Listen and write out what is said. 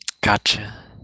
Gotcha